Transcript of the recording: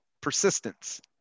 Persistence